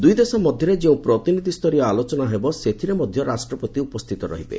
ଦୁଇଦେଶ ମଧ୍ୟରେ ଯେଉଁ ପ୍ରତିନିଧିସ୍ତରୀୟ ଆଲୋଚନା ହେବ ସେଥିରେ ମଧ୍ୟ ରାଷ୍ଟ୍ରପତି ଉପସ୍ଥିତ ରହିବେ